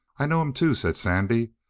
i know him, too, said sandy.